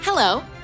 Hello